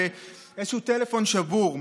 באיזשהו טלפון שבור,